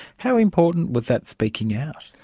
how important was that speaking out?